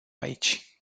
aici